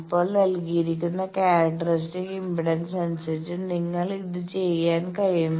ഇപ്പോൾ നൽകിയിരിക്കുന്ന characteristic impedance അനുസരിച്ച് നിങ്ങൾക്ക് ഇത് ചെയ്യാൻ കഴിയും